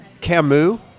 Camus